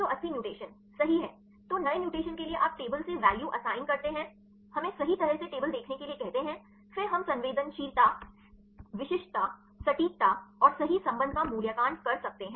380 mutation सही है तो नए म्यूटेशन के लिए आप टेबल से वैल्यू असाइन करते हैं हमें सही तरह से टेबल देखने के लिए कहते हैं फिर हम संवेदनशीलता विशिष्टता सटीकता और सही संबंध का मूल्यांकन कर सकते हैं